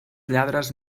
lladres